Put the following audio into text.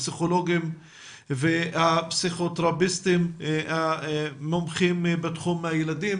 הפסיכולוגים והפסיכותרפיסטים המומחים בתחום הילדים.